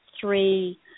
three